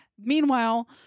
Meanwhile